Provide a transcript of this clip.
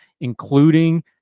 including